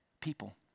people